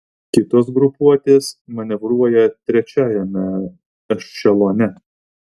kitos grupuotės manevruoja trečiajame ešelone